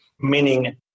meaning